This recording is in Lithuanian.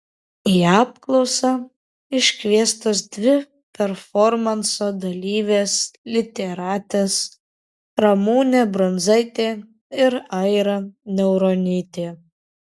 į apklausą iškviestos dvi performanso dalyvės literatės ramunė brunzaitė ir aira niauronytė